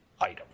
item